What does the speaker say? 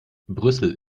brüssel